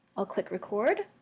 i'll click record.